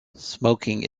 smoking